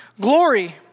glory